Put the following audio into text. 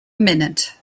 minute